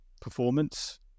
performance